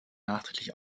nachträglich